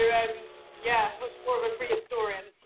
yeah um yeah, much more of a prehistorian.